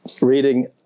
reading